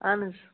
اَہَن حظ